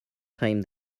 time